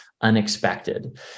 unexpected